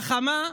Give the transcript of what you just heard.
חכמה,